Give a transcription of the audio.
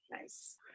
Nice